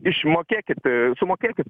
išmokėkit sumokėkit